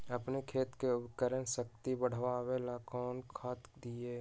अपन खेत के उर्वरक शक्ति बढावेला कौन खाद दीये?